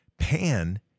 Pan